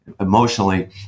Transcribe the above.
emotionally